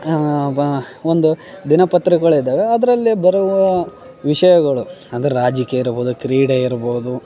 ನಾವು ಬ ಒಂದು ದಿನಪತ್ರಿಕೆಗಳು ಇದಾವೆ ಅದರಲ್ಲೇ ಬರೋ ವಿಷಯಗಳು ಅಂದರೆ ರಾಜಕೀಯ ಇರ್ಬೋದು ಕ್ರೀಡೆ ಇರ್ಬೋದು